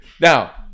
Now